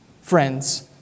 friends